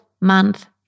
month